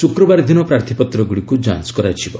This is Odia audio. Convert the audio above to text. ଶୁକ୍ରବାର ଦିନ ପ୍ରାର୍ଥୀପତ୍ର ଗୁଡ଼ିକୁ ଯାଞ୍ କରାଯିବ